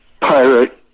pirate